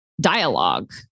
dialogue